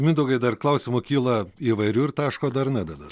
mindaugai dar klausimų kyla įvairių ir taško dar nededat